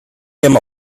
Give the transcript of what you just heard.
him